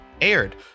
aired